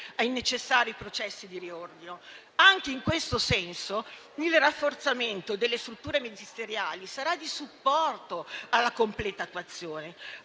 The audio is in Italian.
ai necessari processi di riordino. Anche in questo senso, il rafforzamento delle strutture ministeriali sarà di supporto alla completa attuazione,